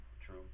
True